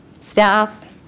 staff